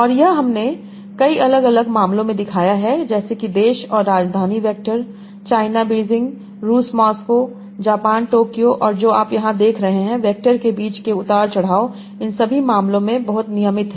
और यह हमने कई अलग अलग मामलों में दिखाया है जैसे कि देश और राजधानी वैक्टर चाइनाबेइजिंग रूस मॉस्को जापान टोक्यो और जो आप यहां देख रहे हैं वैक्टर के बीच के उतार चढ़ाव इन सभी मामलों में बहुत नियमित हैं